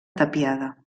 tapiada